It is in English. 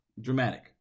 dramatic